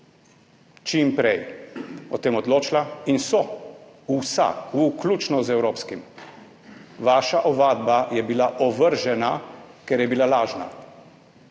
čim prej o tem odločila. In so vsa, vključno z evropskim. Vaša ovadba je bila ovržena, ker je bila lažna.